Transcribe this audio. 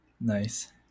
Nice